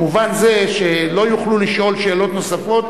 במובן זה שלא יוכלו לשאול שאלות נוספות